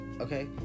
Okay